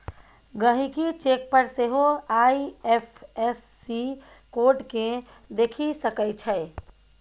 गहिंकी चेक पर सेहो आइ.एफ.एस.सी कोड केँ देखि सकै छै